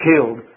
killed